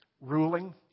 Ruling